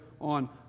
on